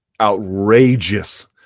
outrageous